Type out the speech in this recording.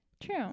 True